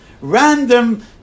random